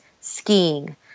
skiing